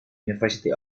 university